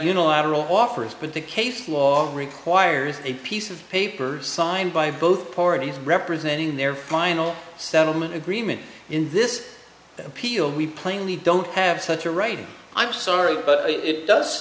unilateral offers but the case law requires a piece of paper signed by both parties representing their final settlement agreement in this appeal we plainly don't have such a right i'm sorry but it does